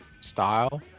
style